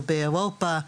או באירופה,